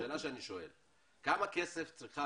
השאלה שאני שואל היא כמה כסף צריכה